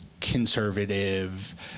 conservative